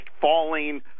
falling